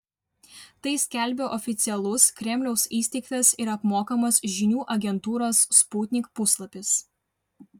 tai skelbia oficialus kremliaus įsteigtas ir apmokamas žinių agentūros sputnik puslapis